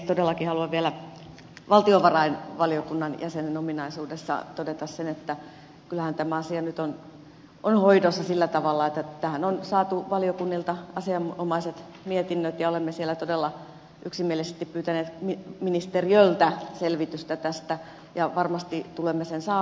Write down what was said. todellakin haluan vielä valtiovarainvaliokunnan jäsenen ominaisuudessa todeta sen että kyllähän tämä asia nyt on hoidossa sillä tavalla että tähän on saatu valiokunnilta asianomaiset mietinnöt ja olemme siellä todella yksimielisesti pyytäneet ministeriöltä selvitystä tästä ja varmasti tulemme sen saamaan